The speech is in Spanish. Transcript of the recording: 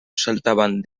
saltaban